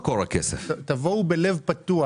תבואו בלב פתוח.